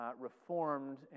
Reformed